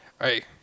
Hey